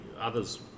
others